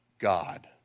God